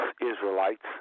Israelites